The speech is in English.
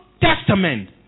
Testament